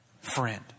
Friend